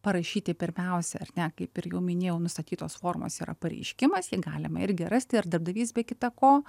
parašyti pirmiausia ar ne kaip ir jau minėjau nustatytos formos yra pareiškimas galima irgi rasti ir darbdavys be kita ko